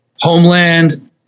Homeland